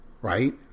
right